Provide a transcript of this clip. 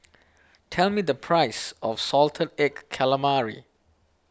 tell me the price of Salted Egg Calamari